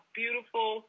beautiful